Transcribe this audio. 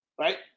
right